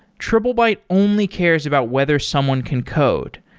triplebyte only cares about whether someone can code.